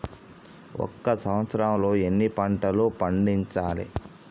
ఒక సంవత్సరంలో ఎన్ని పంటలు పండించాలే?